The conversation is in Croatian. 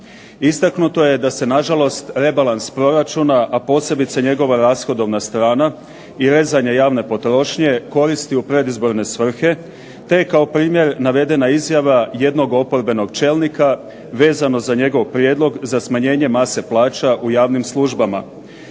Istaknuto je da se nažalost rebalans proračuna, a posebice njegova rashodovna strana i rezanje javne potrošnje koristi u predizborne svrhe te je kao primjer navedena izjava jednog oporbenog čelnika vezano za njegov prijedlog za smanjenjem mase plaća u javnim službama.